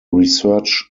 research